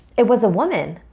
it was a woman,